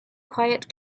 quite